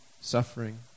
suffering